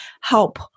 help